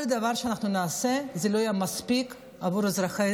כל דבר שנעשה לא יהיה מספיק עבור אזרחי